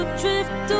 drift